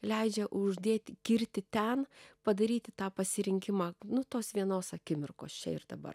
leidžia uždėti kirtį ten padaryti tą pasirinkimą nu tos vienos akimirkos čia ir dabar